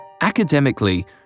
Academically